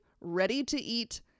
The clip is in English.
ready-to-eat